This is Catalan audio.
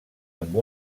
amb